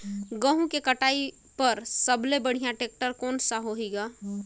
गहूं के कटाई पर सबले बढ़िया टेक्टर कोन सा होही ग?